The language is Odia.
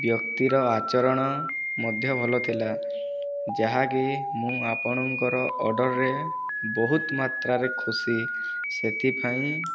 ବ୍ୟକ୍ତିର ଆଚରଣ ମଧ୍ୟ ଭଲ ଥିଲା ଯାହାକି ମୁଁ ଆପଣଙ୍କର ଅର୍ଡ଼ରରେ ବହୁତ ମାତ୍ରାରେ ଖୁସି ସେଥିପାଇଁ